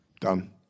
Done